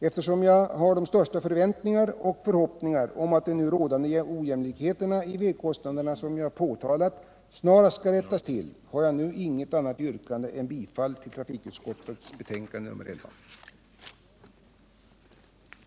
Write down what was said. Eftersom jag har de största förväntningar på och förhoppningar om att de nu påtalade ojämlikheterna beträffande vägkostnaderna snarast kommer att tas bort, har jag inget annat yrkande än om bifall till trafikutskottets hemställan i dess betänkande nr 11.